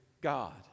God